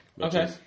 Okay